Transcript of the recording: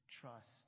trust